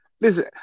Listen